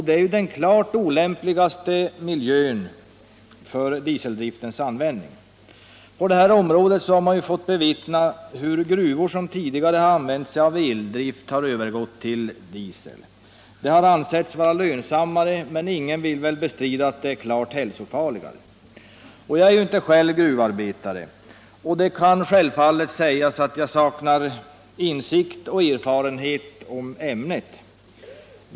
Det är ju den klart olämpligaste miljön för användning av dieseldrift. På det här området har man fått bevittna hur gruvor, som tidigare använt eldrift. har övergått till diesel. Det har ansetts vara lönsammare. men ingen vill väl bestrida att det är klart hälsofarligare. Jag är inte själv gruvarbetare, och det kan självfallet sägas att jag saknar insikt i och erfarenhet av ämnet.